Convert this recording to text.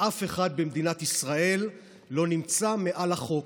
שאף אחד במדינת ישראל לא נמצא מעל החוק,